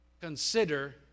consider